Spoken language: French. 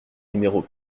numéro